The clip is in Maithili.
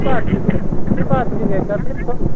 की बात छिके की बात छिके कते